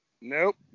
nope